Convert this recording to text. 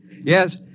Yes